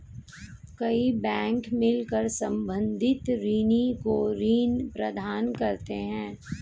कई बैंक मिलकर संवर्धित ऋणी को ऋण प्रदान करते हैं